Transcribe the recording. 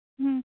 ᱦᱩᱸ